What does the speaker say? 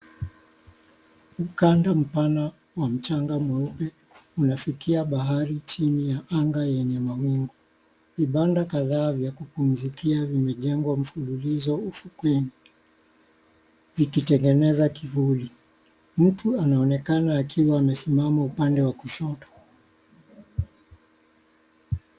Ukanda mpana wa mchanga mweupe unafikia bahari chini ya anga yenye mawingu, vibanda kadhaa vya kupumzikia vimejengwa mfulilizo ufukweni, vikitengeneza kivuli. Mtu anaonekana akiwa amesimama upande wa kushoto.